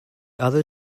other